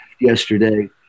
yesterday